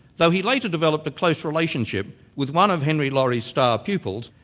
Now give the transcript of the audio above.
though he later developed a close relationship with one of henry laurie's star pupils,